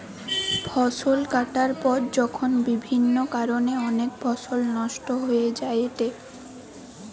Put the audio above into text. ফসল কাটার পর যখন বিভিন্ন কারণে অনেক ফসল নষ্ট হয়ে যায়েটে